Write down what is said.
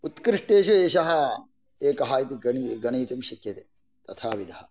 उत्कृष्टेषु एषः एकः इति गणयितुं शक्यते तथाविधः